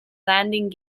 landing